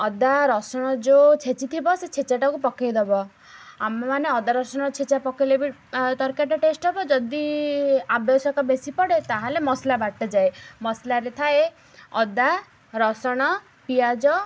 ଅଦା ରସୁଣ ଯେଉଁ ଛେଚି ଥିବ ସେ ଛେଚାଟାକୁ ପକେଇଦବ ଆମମାନେ ଅଦା ରସୁଣ ଛେଚା ପକେଇଲେ ବି ତରକାରୀଟା ଟେଷ୍ଟ୍ ହବ ଯଦି ଆବଶ୍ୟକ ବେଶୀ ପଡ଼େ ତା'ହେଲେ ମସଲା ବାଟଯାଏ ମସଲା ରେ ଥାଏ ଅଦା ରସୁଣ ପିଆଜ